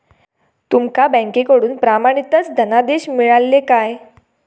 तुमका बँकेकडून प्रमाणितच धनादेश मिळाल्ले काय?